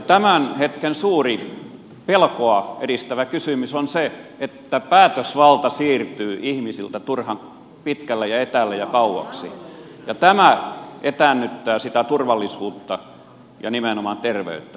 tämän hetken suuri pelkoa edistävä kysymys on se että päätösvalta siirtyy ihmisiltä turhan pitkälle ja etäälle ja kauaksi ja tämä etäännyttää sitä turvallisuutta ja nimenomaan terveyttä